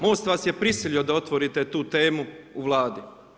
MOST vas je prisilio da otvorite tu temu u Vladi.